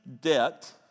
debt